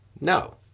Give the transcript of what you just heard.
No